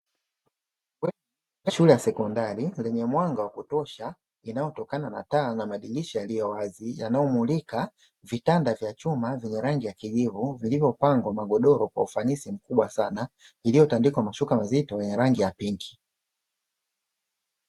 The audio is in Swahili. Bweni la shule ya sekondari lenye mwanga wa kutosha inayotokana na taa na madirisha yaliyo wazi, yanayomulika vitanda vya chuma vyenye rangi ya kijivu, vilivyopangwa magodoro kwa ufanisi mkubwa sana, iliyotandikwa mashuka mazito ya rangi ya pinki.